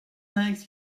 legs